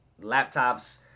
laptops